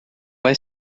vai